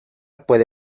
puede